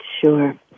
Sure